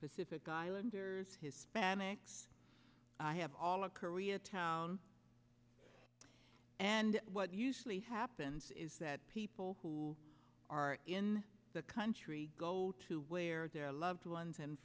pacific islanders hispanics i have all of korea town and what usually happens is that people who are in the country go to where their loved ones and